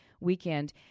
weekend